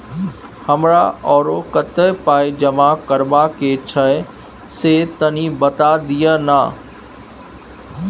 हमरा आरो कत्ते पाई जमा करबा के छै से तनी बता दिय न?